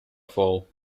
fall